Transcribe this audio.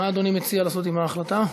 מה אדוני מציע לעשות עם ההצעה?